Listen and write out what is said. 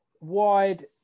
wide